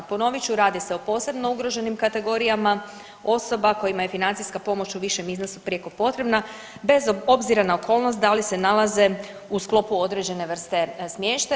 Ponovit ću, radi se o posebno ugroženim kategorijama osoba kojima je financijska pomoć u višem iznosu prijeko potrebna bez obzira na okolnost da li se nalaze u sklopu određene vrste smještaja.